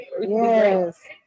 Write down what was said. Yes